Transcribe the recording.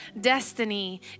destiny